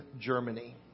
Germany